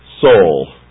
soul